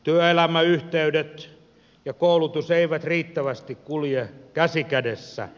työelämäyhteydet ja koulutus eivät riittävästi kulje käsi kädessä